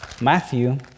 Matthew